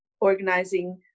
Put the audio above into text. organizing